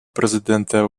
президента